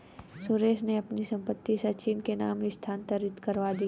सुरेश ने अपनी संपत्ति सचिन के नाम स्थानांतरित करवा दी